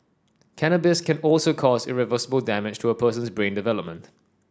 cannabis can also cause irreversible damage to a person's brain development